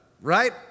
right